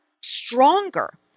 stronger